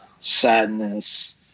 sadness